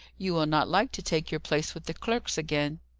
you will not like to take your place with the clerks again.